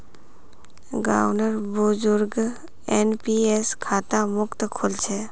गांउर बुजुर्गक एन.पी.एस खाता मुफ्तत खुल छेक